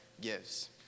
gives